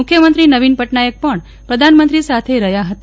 મુખ્યમંત્રી નવિન પટનાયક પણ પ્રધાનમંત્રી સાથે રહ્યા હતા